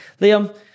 Liam